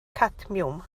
cadmiwm